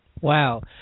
Wow